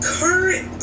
current